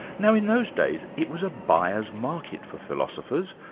now in those days, it was a buyers' market for philosophers,